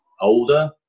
older